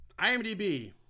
IMDb